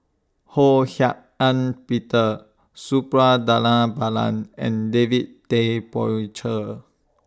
Ho Hak Ean Peter Suppiah Dhanabalan and David Tay Poey Cher